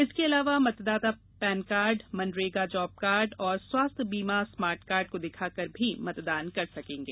इसके अलावा मतदाता पेनकार्ड मनरेगा जाबकार्ड और स्वास्थ्य बीमा स्मार्ट कार्ड को दिखाकर भी मतदान कर सकेंगे